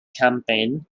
campaign